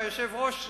והיושב-ראש,